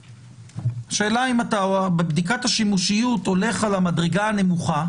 השאלה אם בבדיקת השימושיות אתה הולך על המדרגה הנמוכה